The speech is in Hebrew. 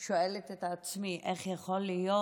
שואלת את עצמי איך יכול להיות,